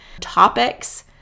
topics